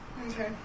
Okay